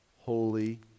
holy